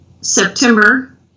September